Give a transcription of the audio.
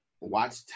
watch